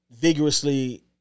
vigorously